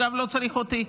אגב, לא צריך אותי.